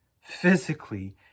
Physically